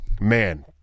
man